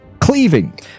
Cleaving